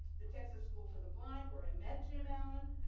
the texas school for the blind, where i met jim allen,